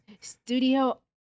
studio